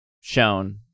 shown